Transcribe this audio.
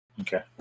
Okay